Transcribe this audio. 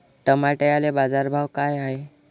टमाट्याले बाजारभाव काय हाय?